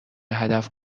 هدف